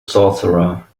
sorcerer